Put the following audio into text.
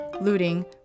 looting